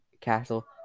castle